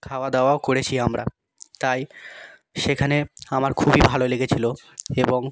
খাওয়া দাওয়াও করেছি আমরা তাই সেখানের আমার খুবই ভালো লেগেছিলো এবং